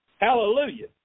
Hallelujah